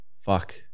fuck